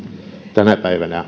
tänä päivänä